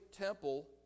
temple